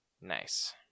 Nice